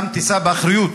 וגם תישא באחריות